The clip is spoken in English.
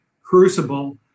crucible